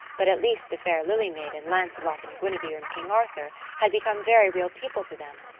but at least the fair lily maid and lancelot and guinevere and king arthur had become very real people to them,